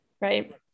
Right